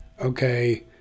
okay